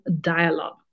dialogue